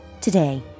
Today